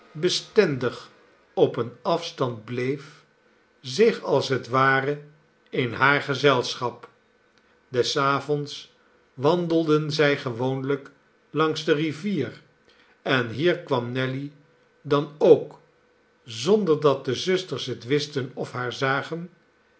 bestendig op een afstand bleef zich als het ware in haar gezelschap des avonds wandelden zij gewoonlijk langs de rivier en hier kwam nelly dan ook zonder dat dezusters het wisten of haar zagen